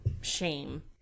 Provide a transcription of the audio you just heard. shame